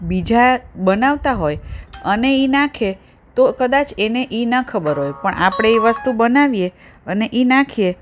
બીજા બનાવતા હોય અને એ નાખે તો કદાચ એને એ ના ખબર હોય પણ આપણે એ વસ્તુ બનાવીએ અને એ નાખીએ